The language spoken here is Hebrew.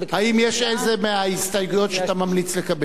האם יש איזו מההסתייגויות שאתה ממליץ לקבל?